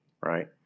right